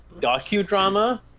docudrama